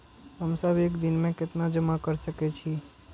हम सब एक दिन में केतना जमा कर सके छी?